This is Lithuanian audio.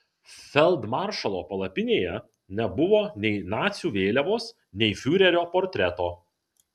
feldmaršalo palapinėje nebuvo nei nacių vėliavos nei fiurerio portreto